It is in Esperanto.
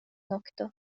nokto